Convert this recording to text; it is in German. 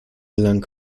gelangen